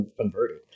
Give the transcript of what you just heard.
converted